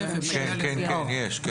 יש, כן.